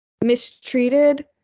mistreated